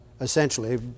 Essentially